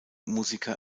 musiker